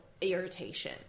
irritation